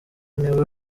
niwe